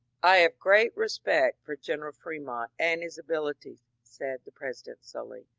i have great respect for general fremont and his abilities, said the president slowly,